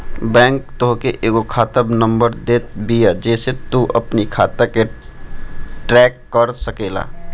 bank तोहके एगो खाता नंबर देत बिया जेसे तू अपनी खाता के ट्रैक कर सकेला